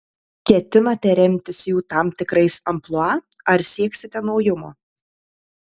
ketinate remtis jų tam tikrais amplua ar sieksite naujumo